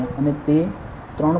અને તે 3